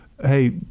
hey